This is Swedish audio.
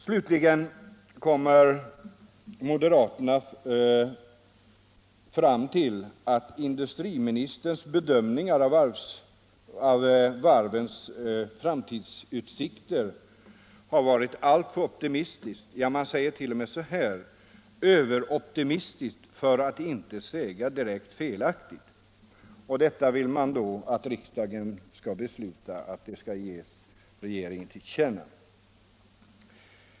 Slutligen kommer man från moderaterna fram till att industriministerns bedömning av varvens framtidsutsikter varit alltför optimistisk — ja, man hävdar t.o.m. ”överoptimistisk, för att inte säga direkt felaktig”. Detta vill man att riksdagen skall besluta ge regeringen till känna.